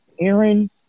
Aaron